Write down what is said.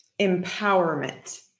empowerment